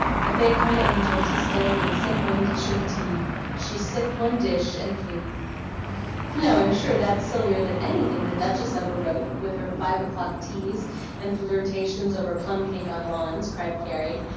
i begged my angel to stay and sip one dish of tea. she sipped one dish and flew now, i'm sure that's sillier than anything the duchess ever wrote with her five-o'clock teas and flirtations over plum-cake on lawns, cried carrie,